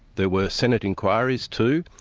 there were senate inquiries too,